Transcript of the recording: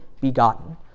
begotten